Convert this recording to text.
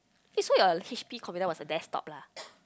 eh so you H_P computer was a desktop lah